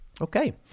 Okay